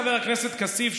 חבר הכנסת כסיף,